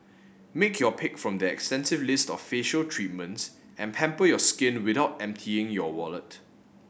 make your pick from their extensive list of facial treatments and pamper your skin without emptying your wallet